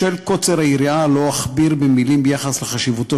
בשל קוצר היריעה לא אכביר מילים על חשיבותו